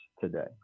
today